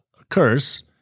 occurs